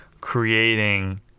creating